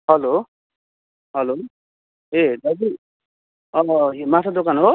hello hello ए दाजु यो माछा दोकान हो